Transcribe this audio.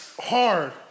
hard